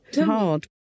hard